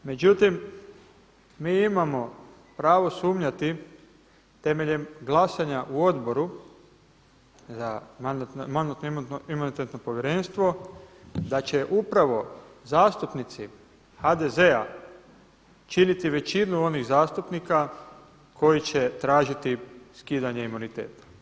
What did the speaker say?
Međutim, mi imamo pravo sumnjati temeljem glasanja u Odboru za mandatno-imunitetno povjerenstvo da će upravo zastupnici HDZ-a činiti većinu onih zastupnika koji će tražiti skidanje imuniteta.